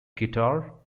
guitar